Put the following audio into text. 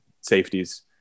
safeties